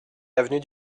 avenue